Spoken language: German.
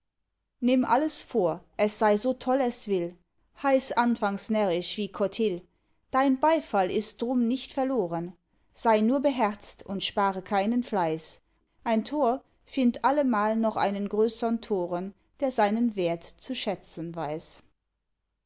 nimm alles vor es sei so toll es will heiß anfangs närrisch wie cotill dein beifall ist drum nicht verloren sei nur beherzt und spare keinen fleiß ein tor findt allemal noch einen größern toren der seinen wert zu schätzen weiß